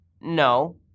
no